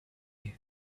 you